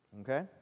Okay